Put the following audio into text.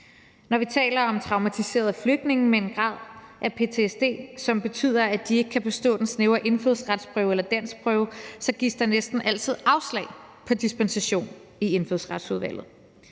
Når vi taler om traumatiserede flygtninge med en grad af ptsd, som betyder, at de ikke kan bestå den snævre indfødsretsprøve eller danskprøve, gives der næsten altid afslag på dispensation, i Indfødsretsudvalget.